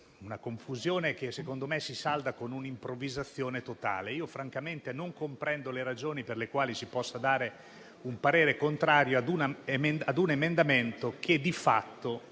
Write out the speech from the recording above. maggioranza e che, secondo me, si salda con un'improvvisazione totale. Io francamente non comprendo le ragioni per le quali si possa esprimere un parere contrario su un emendamento che, di fatto,